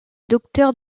docteur